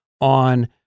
on